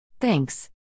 Thanks